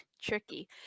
tricky